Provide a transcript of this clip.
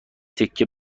تکه